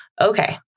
okay